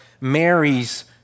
Mary's